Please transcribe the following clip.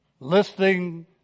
Listening